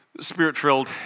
spirit-filled